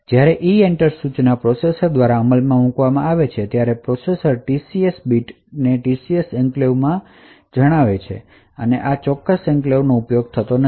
જ્યારે EENTER સૂચના processor દ્વારા અમલમાં મૂકવામાં આવે છે ત્યારે પ્રોસેસર TCS બીટ સેટ કરે છે